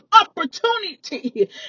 opportunity